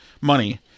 money